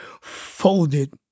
folded